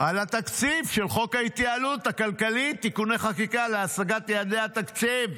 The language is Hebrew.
על תקציב חוק ההתייעלות הכלכלית (תיקוני חקיקה להשגת יעדי התקציב)